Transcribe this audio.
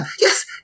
Yes